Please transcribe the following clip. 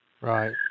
Right